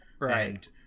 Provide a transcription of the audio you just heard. Right